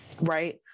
right